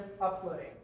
uploading